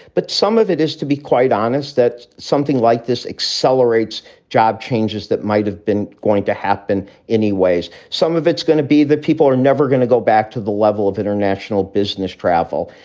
but some of it is, to be quite honest, that something like this accelerates job changes that might have been going to happen any ways. some of it's going to be that people are never going to go back to the level of international business travel.